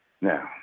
Now